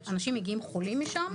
אנשים מגיעים חולים משם,